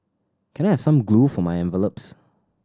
can I have some glue for my envelopes